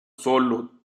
sólo